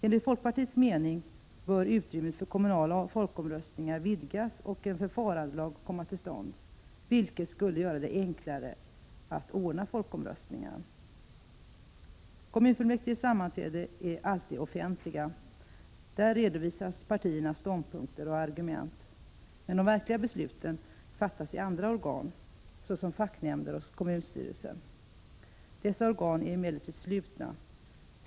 Enligt folkpartiets mening bör utrymmet för kommunala folkomröstningar vidgas och en förfarandelag komma till stånd, vilket skulle göra det enklare att ordna folkomröstningar. Kommunfullmäktiges sammanträden är alltid offentliga. Där redovisas partiernas ståndpunkter och argument. Men de verkliga besluten fattas i andra organ såsom facknämnder och kommunstyrelse. Dessa organ är emellertid slutna.